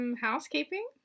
Housekeeping